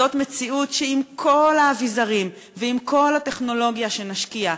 זאת מציאות שעם כל האביזרים ועם כל הטכנולוגיה שנשקיע,